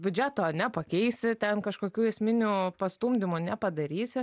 biudžeto nepakeisi ten kažkokių esminių pastumdymų nepadarysi